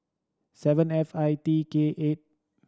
seven F I T K eight